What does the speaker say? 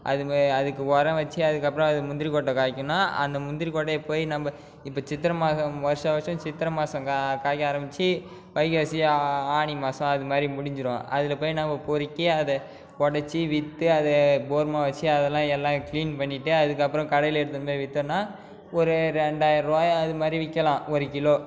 அதுவுமே அதுக்கு உரோம் வச்சு அதுக்கப்பறம் அது முந்திரிக்கொட்டை காய்க்கணும் அந்த முந்திரிக்கொட்டையை போய் நம்ப இப்போ சித்திரை மாதம் வருஷா வருஷம் சித்திரை மாதம் காய் காய்க்க ஆரம்பிச்சு வைகாசி ஆ ஆனிமாதம் அது மாதிரி முடிஞ்சிரும் அதில் போய் நாம் பொறுக்கி அதை உடைச்சு விற்று அதை கோதுமா வச்சு அதெல்லாம் எல்லாம் கிளீன் பண்ணிவிட்டு அதுக்கப்பறம் கடையில் எடுத்து வந்து வித்தேனா ஒரு ரெண்டாயிரம் அது மாதிரி விற்கலாம் ஒரு கிலோ